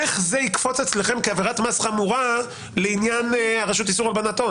איך זה יקפוץ אצלכם כעבירת מס חמורה לעניין הרשות לאיסור הלבנת הון?